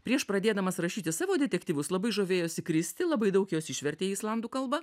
prieš pradėdamas rašyti savo detektyvus labai žavėjosi kristi labai daug jos išvertė į islandų kalbą